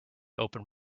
open